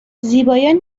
زیبایان